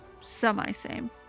semi-same